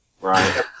Right